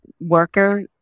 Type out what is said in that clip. worker